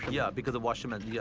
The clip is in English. yeah, because the washerman yeah